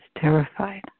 terrified